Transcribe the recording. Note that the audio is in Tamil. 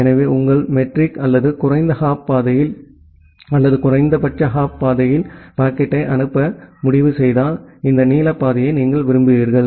எனவே உங்கள் மெட்ரிக் அல்லது குறைந்த ஹாப் பாதையில் அல்லது குறைந்தபட்ச ஹாப் பாதையில் பாக்கெட்டை அனுப்ப முடிவு செய்தால் இந்த நீல பாதையை நீங்கள் விரும்புவீர்கள்